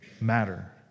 matter